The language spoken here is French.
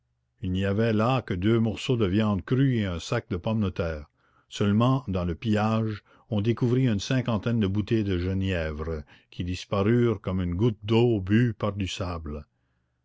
il n'y avait là que deux morceaux de viande crue et un sac de pommes de terre seulement dans le pillage on découvrit une cinquantaine de bouteilles de genièvre qui disparurent comme une goutte d'eau bue par du sable